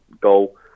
goal